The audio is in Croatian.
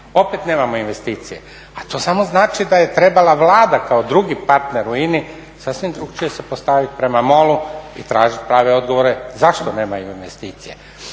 opet nemamo investicije. A to samo znači da je trebala Vlada kao drugi partner u INA-i sasvim drukčije se postavit prema MOL-u i tražiti prave odgovore zašto nema investicije.